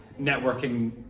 networking